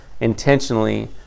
intentionally